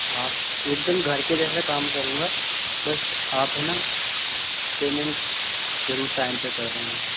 आप एकदम घर के जैसे काम करूँगा बस आप है ना पेमेंट जरूर टाइम पे कर देना